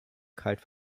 kalt